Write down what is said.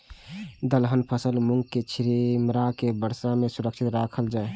दलहन फसल मूँग के छिमरा के वर्षा में सुरक्षित राखल जाय?